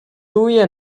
தூய